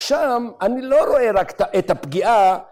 ‫שם אני לא רואה רק את הפגיעה,